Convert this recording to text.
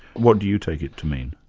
what do you take it to mean?